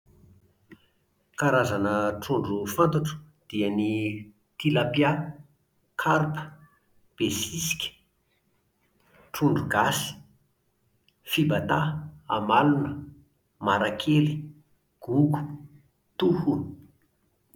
Karazana trondro fantatro dia ny tilapia, karpa, besisika, trondro gasy, fibata, amalona, marakely, gogo, toho